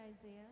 Isaiah